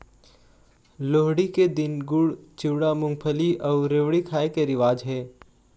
लोहड़ी के दिन गुड़, चिवड़ा, मूंगफली अउ रेवड़ी खाए के रिवाज हे